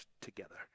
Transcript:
together